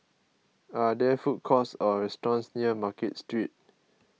are there food courts or restaurants near Market Street